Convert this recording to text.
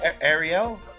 Ariel